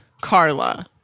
Carla